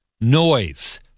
noise